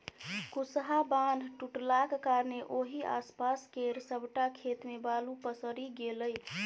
कुसहा बान्ह टुटलाक कारणेँ ओहि आसपास केर सबटा खेत मे बालु पसरि गेलै